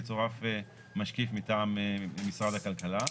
יצורף משקיף מטעם משרד הכלכלה,